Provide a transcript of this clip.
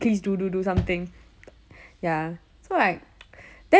like I think even if they have right there all housewives also [what]